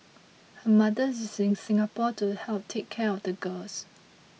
her mother is in Singapore to help take care of the girls